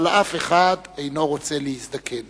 אבל אף אחד אינו רוצה להזדקן.